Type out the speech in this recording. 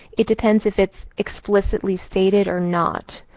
it depends if it's explicitly stated or not.